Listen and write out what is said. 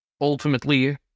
ultimately